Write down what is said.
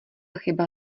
chyba